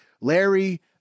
Larry